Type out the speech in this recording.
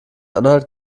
anhalt